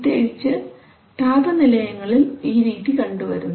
പ്രത്യേകിച്ച് താപനിലയങ്ങളിൽ ഈ രീതി കണ്ടുവരുന്നു